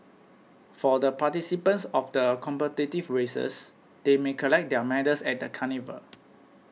for the participants of the competitive races they may collect their medals at the carnival